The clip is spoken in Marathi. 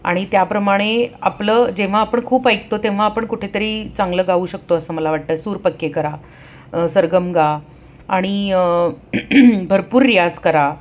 आणि त्याप्रमाणे आपलं जेव्हा आपण खूप ऐकतो तेव्हा आपण कुठेतरी चांगलं गावू शकतो असं मला वाटतं सूर पक्के करा सरगम गा आणि भरपूर रियाज करा